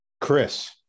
Chris